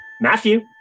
Matthew